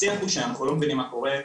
השיח הוא שאנחנו לא מבינים מה קורה,